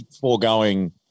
foregoing